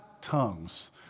tongues